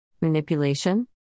Manipulation